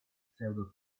pseudo